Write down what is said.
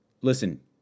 Listen